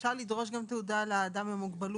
אפשר לדרוש גם תעודה לאדם עם מוגבלות.